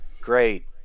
great